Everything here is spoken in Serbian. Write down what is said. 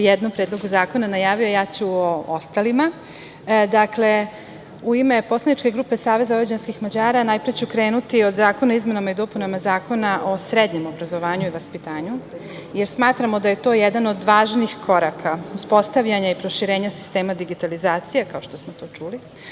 jednom predlogu zakona, najavio ja ću o ostalima.U ime poslaničke SVM najpre ću krenuti o izmenama i dopunama Zakona o srednjem obrazovanju i vaspitanju, jer smatramo da je to jedan od važnih koraka uspostavljanja proširenja sistema digitalizacije, kao što smo to čuli,